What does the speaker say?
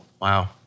Wow